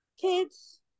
kids